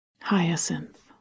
Hyacinth